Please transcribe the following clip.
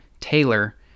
Taylor